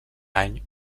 any